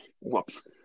Whoops